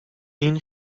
این